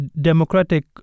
Democratic